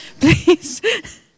Please